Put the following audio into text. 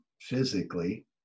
physically